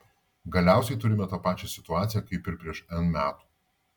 galiausiai turime tą pačią situaciją kaip ir prieš n metų